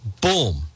boom